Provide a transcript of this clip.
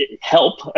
help